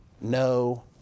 no